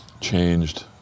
changed